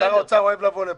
שר האוצר אוהב לבוא לפה.